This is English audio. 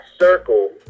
circle